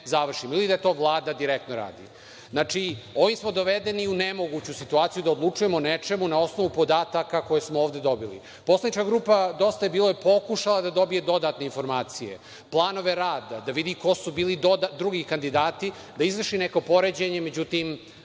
završi ili da to Vlada direktno radi. Znači, ovim smo dovedeni u nemoguću situaciju da odlučujemo o nečemu na osnovu podataka koje smo ovde dobili. Poslanička grupa „Dosta je bilo“ pokušala je da dobije dodatne informacije, planove rada, da vidi ko su bili drugi kandidati, da izvrši neko poređenje. Međutim,